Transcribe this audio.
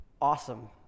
awesome